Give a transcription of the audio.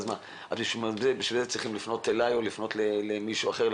לשם כך צריך לפנות אלי או למישהו אחר?